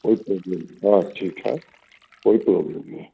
कोई प्रोब्लम नहीं हाँ ठीक है कोई प्रॉब्लम नहीं है